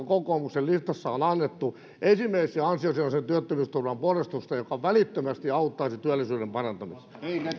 kokoomuksen listassa on on annettu esimerkiksi ansiosidonnaisen työttömyysturvan porrastuksesta joka välittömästi auttaisi työllisyyden parantamisessa